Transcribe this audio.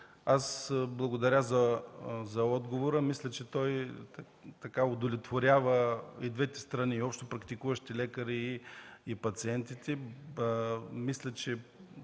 благодаря за отговора. Мисля, че той удовлетворява и двете страни – и общопрактикуващите лекари, и пациентите. Мисля, че